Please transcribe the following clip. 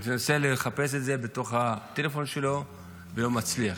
מנסה לחפש את זה בתוך הטלפון שלו ולא מצליח.